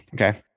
Okay